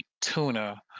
tuna